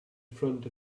front